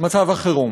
מצב החירום.